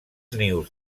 nius